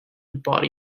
body